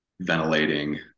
ventilating